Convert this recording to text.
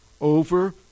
over